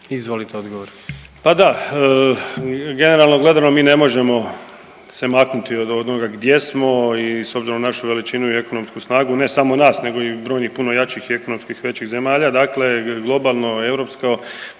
Stjepan (HNS)** Pa da, generalno gledano mi ne možemo se maknuti od onoga gdje smo i s obzirom na našu veličinu i ekonomsku snagu ne samo nas nego i brojnih puno jačih i ekonomski većih zemalja, dakle globalno europsko